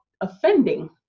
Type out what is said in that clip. offending